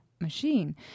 machine